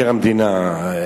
אין לי בעיה עם מבקר המדינה,